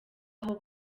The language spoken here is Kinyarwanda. aho